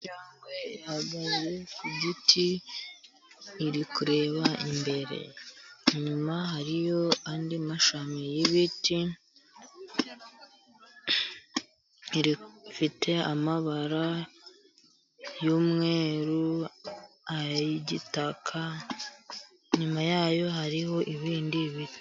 Injangwe ihagaze ku giti iri kureba imbere. Inyuma hariyo andi mashami y'ibiti. Ifite amabara y'umweru, ay'igitaka, inyuma yayo hariho ibindi biti.